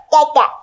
Dada